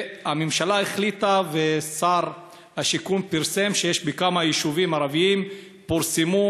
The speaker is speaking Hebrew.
הממשלה החליטה ושר השיכון פרסם שבכמה יישובים ערביים פורסמו